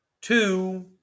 two